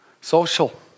Social